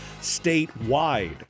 statewide